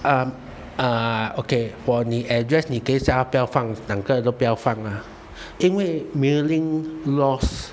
uh uh okay for 你 address 你可以叫他不要放两个都不要放啊因为 mailing lost